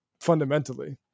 fundamentally